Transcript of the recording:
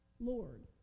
Lord